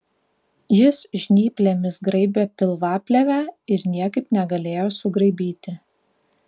jis žnyplėmis graibė pilvaplėvę ir niekaip negalėjo sugraibyti